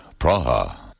Praha